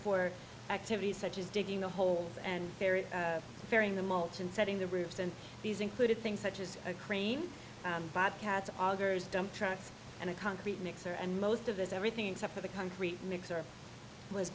for activities such as digging a hole and very very in the mulch and setting the roofs and these included things such as a crane bobcats augers dump trucks and a concrete mixer and most of this everything except for the concrete mixer was